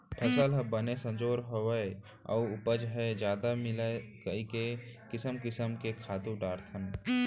फसल ह बने संजोर होवय अउ उपज ह जादा मिलय कइके किसम किसम के खातू डारथन